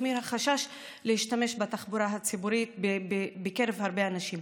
החמיר החשש להשתמש בתחבורה הציבורית בקרב הרבה אנשים.